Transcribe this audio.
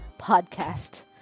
podcast